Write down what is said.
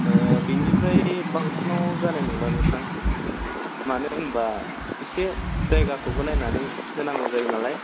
ओ बेनिफ्राय बांसिनाव जानाय नङा नोंथां मानो होनबा इसे जायगाखौबो नायनानै होनांगौ जायो नालाय